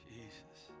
Jesus